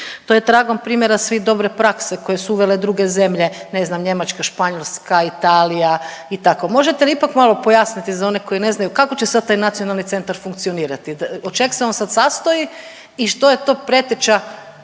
to je tragom primjera svi dobre prakse koje su uvele druge zemlje, ne znam Njemačka, Španjolska, Italija i tako, možete li ipak malo pojasniti za one koji ne znaju kako će sad taj nacionalni centar funkcionirati? Od čeg se on sad sastoji i što je to preteča